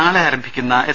നാളെ ആരംഭിക്കുന്ന എസ്